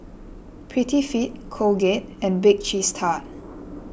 Prettyfit Colgate and Bake Cheese Tart